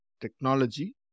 technology